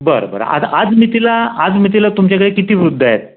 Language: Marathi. बरं बरं आता आज मितीला आज मितीला तुमच्याकडे किती वृद्ध आहेत